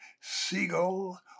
seagull